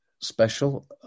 special